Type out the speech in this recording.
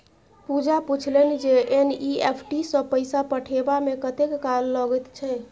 पूजा पूछलनि जे एन.ई.एफ.टी सँ पैसा पठेबामे कतेक काल लगैत छै